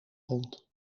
rond